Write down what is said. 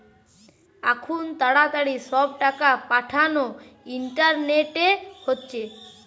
আখুন তাড়াতাড়ি সব টাকা পাঠানা ইন্টারনেটে হচ্ছে